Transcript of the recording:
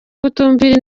kutumvira